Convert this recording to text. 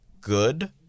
good